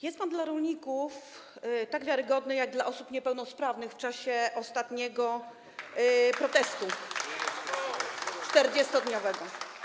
Jest pan dla rolników tak wiarygodny, jak dla osób niepełnosprawnych w czasie ostatniego protestu - 40-dniowego.